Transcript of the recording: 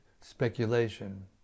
speculation